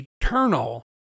eternal